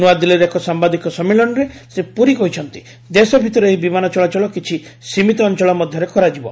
ନ୍ନଆଦିଲ୍ଲୀରେ ଏକ ସାମ୍ବାଦିକ ସମ୍ମିଳନୀରେ ଶ୍ରୀ ପୁରୀ କହିଛନ୍ତି ଦେଶ ଭିତରେ ଏହି ବିମାନ ଚଳାଚଳ କିଛି ସୀମିତ ଅଞ୍ଚଳ ମଧ୍ୟରେ କରାଯିବ